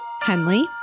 Henley